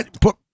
Put